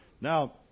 Now